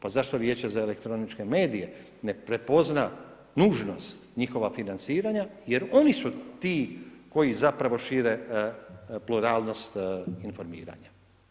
Pa zašto Vijeće za elektroničke medije, ne prepozna nužnost njihova financiranja, jer oni su ti koji zapravo šire pluralnost informiranja.